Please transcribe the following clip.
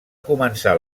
començar